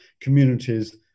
communities